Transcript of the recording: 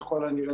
ככל הנראה,